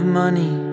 money